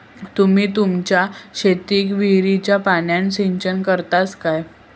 तुम्ही तुमच्या शेतीक विहिरीच्या पाण्यान सिंचन करतास काय?